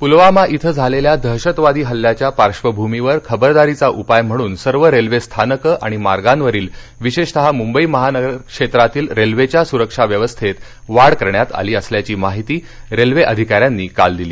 पूलवामा इथं झालेल्या दहशतवादी हल्ल्याच्या पार्श्र्वभूमीवर खबरदारीचा उपाय म्हणून सर्व रेल्वे स्थानकं आणि मार्गांवरील विशेषतः मुंबई महानगर क्षेत्रातील रेल्वेच्या सुरक्षा व्यवस्थेत वाढ करण्यात आली असल्याची माहिती रेल्वे अधिकाऱ्यांनी काल दिली